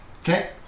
Okay